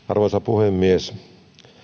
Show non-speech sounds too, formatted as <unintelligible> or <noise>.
<unintelligible> arvoisa puhemies